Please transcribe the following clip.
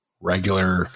regular